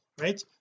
right